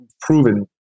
proven